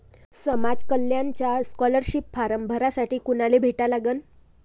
समाज कल्याणचा scholarship form भरासाठी कुनाले भेटा लागन?